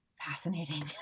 fascinating